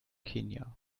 kenia